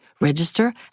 register